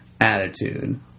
attitude